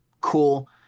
Cool